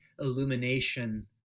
illumination